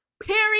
Period